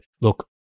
look